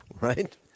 right